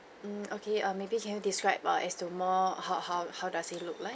mm okay err maybe can you describe as to more how how how does he look like